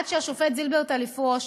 עד שהשופט זילברטל יפרוש,